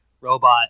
robot